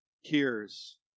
hears